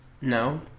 No